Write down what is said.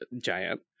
giant